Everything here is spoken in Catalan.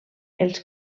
els